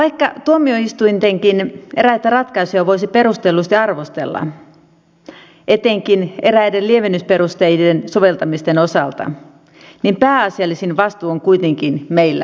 vaikka tuomioistuintenkin eräitä ratkaisuja voisi perustellusti arvostella etenkin eräiden lievennysperusteiden soveltamisten osalta niin pääasiallisin vastuu on kuitenkin meillä lainsäätäjillä